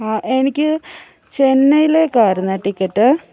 ആ എനിക്ക് ചെന്നൈയിലേക്ക് ആയിരുന്നു ടിക്കറ്റ്